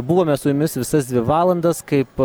buvome su jumis visas dvi valandas kaip